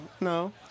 No